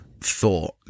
thought